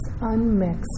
unmixed